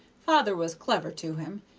father was clever to him,